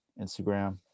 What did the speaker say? Instagram